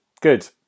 good